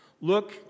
Look